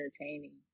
entertaining